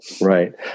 Right